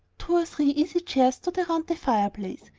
two or three easy-chairs stood around the fireplace,